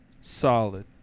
solid